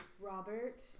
Robert